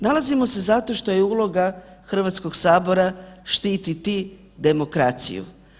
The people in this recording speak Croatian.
Nalazimo se zato što je uloga Hrvatskog sabora štititi demokraciju.